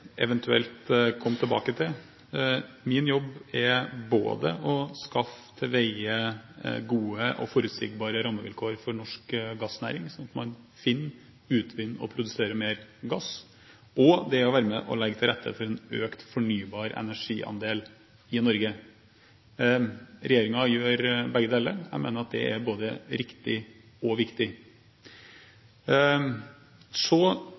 eventuelt komme tilbake til. Min jobb er både å skaffe til veie gode og forutsigbare rammevilkår for norsk gassnæring, sånn at man finner, utvinner og produserer mer gass, og å være med på å legge til rette for en økt fornybar energiandel i Norge. Regjeringen gjør begge deler. Jeg mener at det er både riktig og viktig. Så